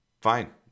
fine